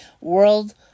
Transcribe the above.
World